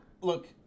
look